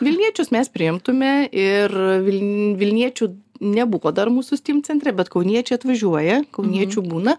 vilniečius mes priimtume ir vil vilniečių nebuvo dar mūsų steam centre bet kauniečiai atvažiuoja kauniečių būna